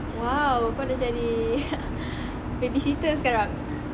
!wow! kau dah jadi babysitter sekarang